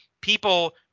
people